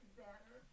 better